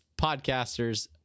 podcasters